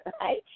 Right